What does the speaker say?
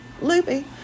loopy